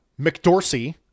McDorsey